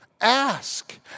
Ask